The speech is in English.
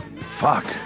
fuck